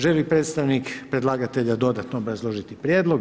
Želi li predstavnik predlagatelja dodatno obrazložiti prijedlog?